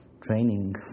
training